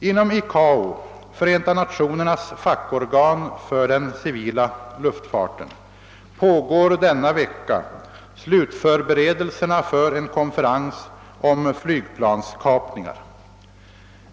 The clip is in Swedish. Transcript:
Inom ICAO, FN:s fackorgan för den civila luftfarten, pågår denna vecka slutförberedelserna för en konferens om flygplanskapningar.